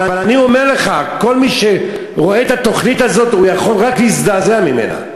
אבל אני אומר לך: כל מי שרואה את התוכנית הזאת יכול רק להזדעזע ממנה.